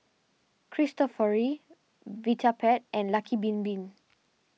Cristofori Vitapet and Lucky Bin Bin